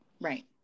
right